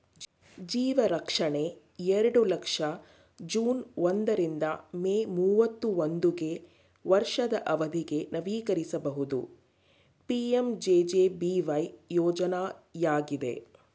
ಜೀವರಕ್ಷಣೆ ಎರಡು ಲಕ್ಷ ಜೂನ್ ಒಂದ ರಿಂದ ಮೇ ಮೂವತ್ತಾ ಒಂದುಗೆ ವರ್ಷದ ಅವಧಿಗೆ ನವೀಕರಿಸಬಹುದು ಪಿ.ಎಂ.ಜೆ.ಜೆ.ಬಿ.ವೈ ಯೋಜ್ನಯಾಗಿದೆ